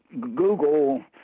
Google